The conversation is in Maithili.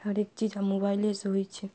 हरेक चीज आब मोबाइले से होइ छै